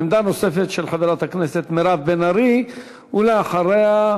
עמדה נוספת של חברת הכנסת מירב בן ארי, ואחריה,